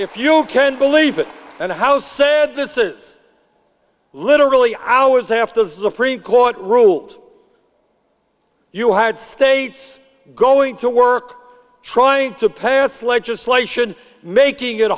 if you can believe it and how sad this is literally hours after the supreme court ruled you had states going to work trying to pass legislation making it